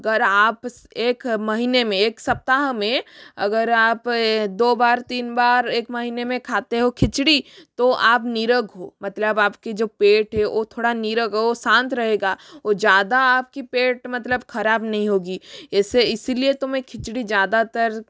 अगर आप एक महीने में एक सप्ताह में अगर आप दो बार तीन बार एक महीने में खाते हो खिचड़ी तो आप निरोगी हो मतलब आपकी जो पेट हे ओ थोड़ा निरोगी ओ शांत रहेगा ओ ज़्यादा आपकी पेट मतलब खराब नही होगी इसे इसिलिए तो मैं खिचड़ी ज़्यादातर